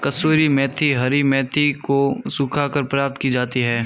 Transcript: कसूरी मेथी हरी मेथी को सुखाकर प्राप्त की जाती है